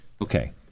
okay